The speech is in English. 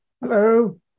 Hello